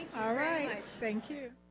alright, thank you.